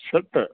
षट्